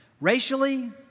racially